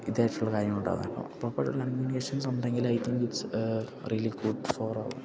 ഇതായിട്ടുള്ള കാര്യങ്ങളുണ്ടാകാം അപ്പോള് പ്രോപ്പറായിട്ടുള്ള കമ്മ്യൂണിക്കേഷൻസ് ഉണ്ടെങ്കില് I think it's really good for our